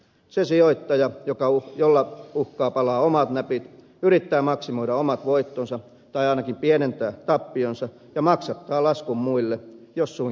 se sijoittaja jolla uhkaa palaa omat näpit yrittää maksimoida omat voittonsa tai ainakin pienentää tappionsa ja maksattaa laskun muilla jos suinkin pystyy